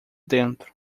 dentro